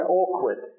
awkward